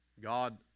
God